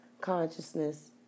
consciousness